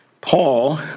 Paul